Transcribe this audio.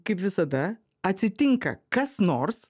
kaip visada atsitinka kas nors